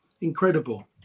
incredible